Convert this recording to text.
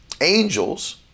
angels